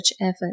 effort